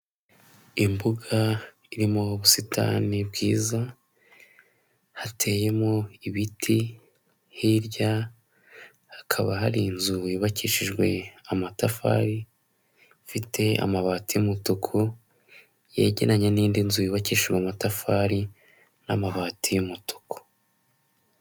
Imbuga irimo busitani bwiza, hateyemo ibiti. Hirya hakaba hari inzu yubakishijwe amatafari ifite amabati y'umutuku yegeranye n'indi nzu yubakishijwe amatafari n'amabati y'umutuku.